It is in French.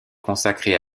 consacrée